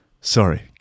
Sorry